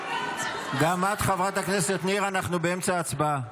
גם את, חברת הכנסת ניר, אנחנו באמצע הצבעה.